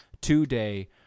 today